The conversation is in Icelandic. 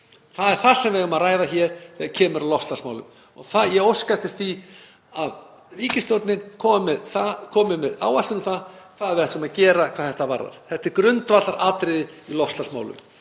Það er það sem við eigum að ræða hér þegar kemur að loftslagsmálum. Ég óska eftir því að ríkisstjórnin komi með áætlun um það hvað við ætlum að gera hvað þetta varðar. Þetta er grundvallaratriði í loftslagsmálum.